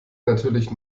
natürlich